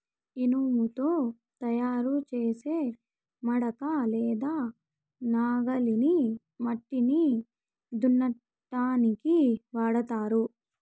ఇనుముతో తయారు చేసే మడక లేదా నాగలిని మట్టిని దున్నటానికి వాడతారు